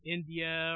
India